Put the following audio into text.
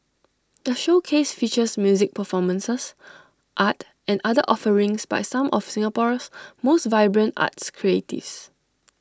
the showcase features music performances art and other offerings by some of Singapore's most vibrant arts creatives